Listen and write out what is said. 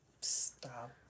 Stop